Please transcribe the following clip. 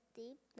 deep